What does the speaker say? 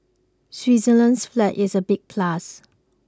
Switzerland's flag is a big plus